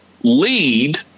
lead